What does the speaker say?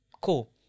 Cool